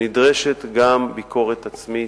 נדרשת גם ביקורת עצמית,